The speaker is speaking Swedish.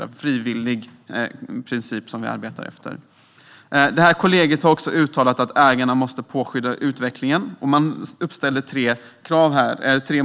Det är en frivillig princip som vi arbetar efter. Kollegiet har också uttalat att ägarna måste påskynda utvecklingen, och man uppställde tre mål 2014.